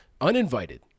uninvited